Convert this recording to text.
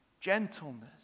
gentleness